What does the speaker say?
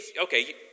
okay